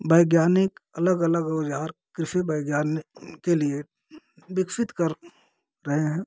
वैज्ञानिक अलग अलग औजार कृषि विज्ञानी के लिए विकसित कर रहे हैं